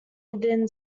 within